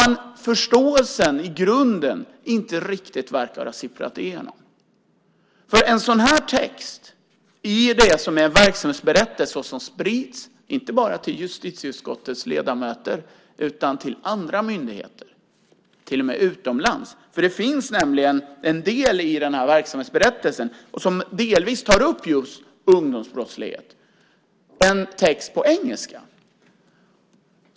Den förståelsen verkar i grunden inte riktigt ha sipprat igenom en sådan här text i det som är en verksamhetsberättelse och som sprids inte bara till justitieutskottets ledamöter utan till andra myndigheter, till och med utomlands. Det finns nämligen en del i verksamhetsberättelsen som delvis tar upp just ungdomsbrottslighet, en text på engelska.